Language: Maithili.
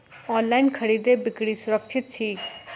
ऑनलाइन खरीदै बिक्री सुरक्षित छी